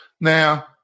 now